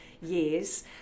years